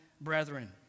brethren